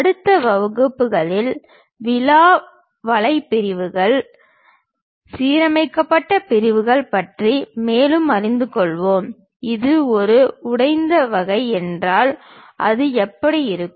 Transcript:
அடுத்த வகுப்புகளில் விலா வலை பிரிவுகள் சீரமைக்கப்பட்ட பிரிவுகள் பற்றி மேலும் அறிந்து கொள்வோம் இது ஒரு உடைந்த வகை என்றால் அது எப்படி இருக்கும்